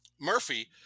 Murphy